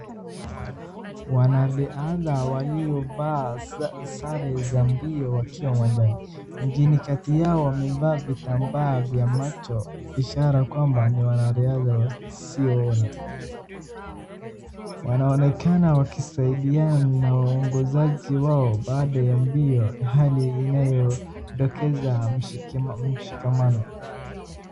Wanariadha waliovaa sare za mbio, wakiwa uwanjani, wengine kati yao wamevaa vitambaa vya macho, ishara kwamba ni wanariadha wasioona, wanaonekana wakisaidiana na waongozaji wao baada ya mbio, hali inayodokeza mshikamano.